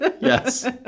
Yes